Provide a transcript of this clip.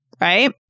right